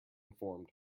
informed